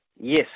Yes